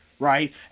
Right